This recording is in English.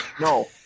No